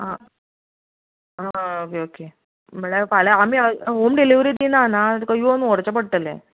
आं आं okay okay म्हणल्या फाल्यां आमी होम डिलीवरी दिनात आं तुका येवन व्हरचें पडटलें